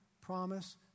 promise